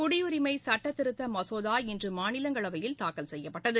குடியுரிமை சட்டத்திருத்த மசோதா இன்று மாநிலங்களவையில் தாக்கல் செய்யப்பட்டது